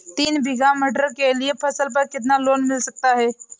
तीन बीघा मटर के लिए फसल पर कितना लोन मिल सकता है?